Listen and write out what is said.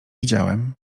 wiedziałem